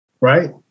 right